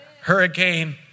hurricane